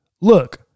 look